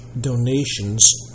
donations